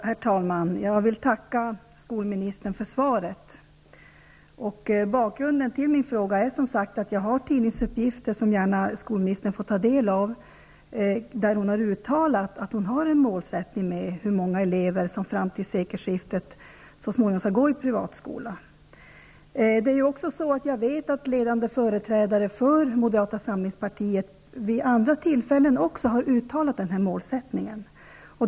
Herr talman! Jag vill tacka skolministern för svaret. Bakgrunden till min fråga är vissa tidningsuppgifter, som skolministern gärna får ta del av. Enligt dessa har hon uttalat att hon har en målsättning för hur många elever som fram till sekelskiftet skall gå i privata skolor. Jag vet att ledande företrädare för Moderata samlingspartiet vid andra tillfället har uttalat denna målsättning.